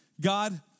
God